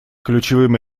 ключевым